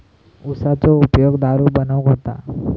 उसाचो उपयोग दारू बनवूक होता